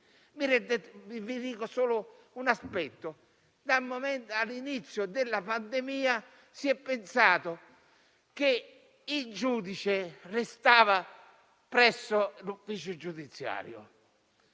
Vi riporto solo un aspetto. All'inizio della pandemia si è pensato che il giudice dovesse restare presso l'ufficio giudiziario,